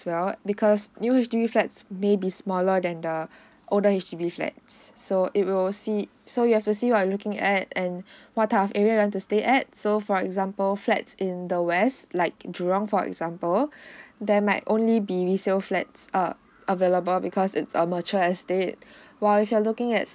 well because new H_D_B flats maybe smaller than the older H_D_B flats so it will see so you have to see what you are looking at and what type of area you want to stay at so for example flats in the west like jurong for example there might only be resale flats err available because it's a mature estate while if you're looking at